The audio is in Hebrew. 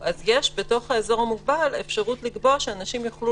בתוך האזור המוגבל יש אפשרות לקבוע שאנשים יוכלו